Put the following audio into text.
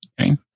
Okay